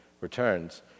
returns